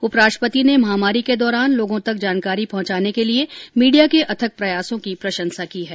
उपराष्ट्रपति ने उन्हें के दौरान लोगों तक जानकारी पहुंचाने के लिए मीडिया के अथक प्रयासों की प्रशंसा की है